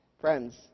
Friends